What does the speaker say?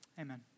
amen